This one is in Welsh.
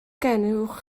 gennych